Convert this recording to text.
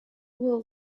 wool